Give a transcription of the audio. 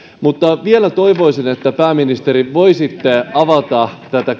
mutta vielä toivoisin pääministeri että voisitte avata tätä